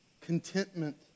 Contentment